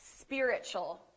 spiritual